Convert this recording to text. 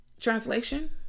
translation